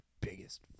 biggest